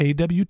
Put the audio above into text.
AWT